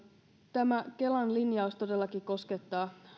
tämä kelan linjaus todellakin koskettaa